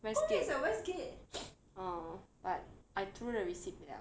westgate orh but I threw the receipt liao